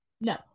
No